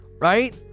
right